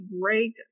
great